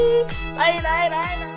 Bye-bye-bye-bye